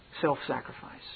self-sacrifice